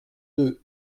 deux